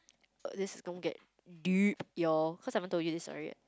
this is gon get deep y'all cause I haven't told you this story yet